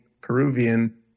Peruvian